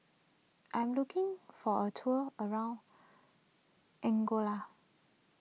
I am looking for a tour around Angola